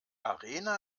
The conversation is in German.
arena